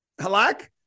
Halak